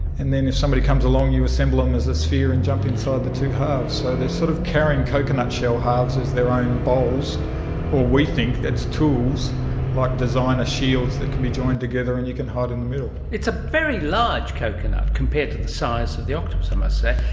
and then if somebody comes along you assemble them um as a sphere and jump inside the two halves. so they're sort of carrying coconut shell halves as their own bowls or, we think, it's tools like designer shields that can be joined together and you can hide in the middle. it's a very large coconut compared to the size of the octopus, i must say.